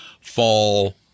fall